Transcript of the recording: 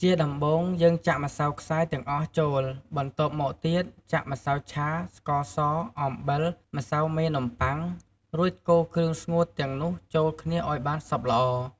ជាដំបូង យើងចាក់ម្សៅខ្សាយទាំងអស់ចូល បន្ទាប់មកទៀត ចាក់ម្សៅឆា ស្ករស អំបិល ម្សៅមេនំប័ុង រួចកូរគ្រឿងស្ងួតទាំងនោះចូលគ្នាឲ្យបានសព្វល្អ។